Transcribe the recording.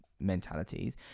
mentalities